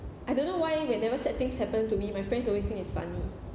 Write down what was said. I don't know why whenever sad things happen to me my friends always think it's funny